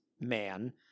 man